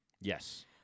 Yes